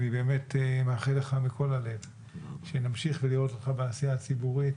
אני מאחל לך מכל הלב שנמשיך לראות אותך בעשייה הציבורית,